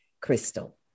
Crystal